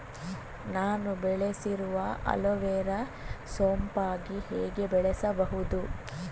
ನಾನು ಬೆಳೆಸಿರುವ ಅಲೋವೆರಾ ಸೋಂಪಾಗಿ ಹೇಗೆ ಬೆಳೆಸಬಹುದು?